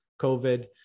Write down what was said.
COVID